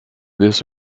this